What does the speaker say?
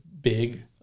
big